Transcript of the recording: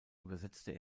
übersetzte